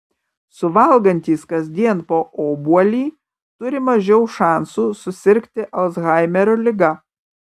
suvalgantys kasdien po obuolį turi mažiau šansų susirgti alzhaimerio liga